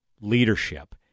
leadership